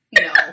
No